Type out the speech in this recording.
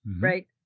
right